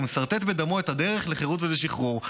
ומסרטט בדמו את הדרך לחירות ולשחרור,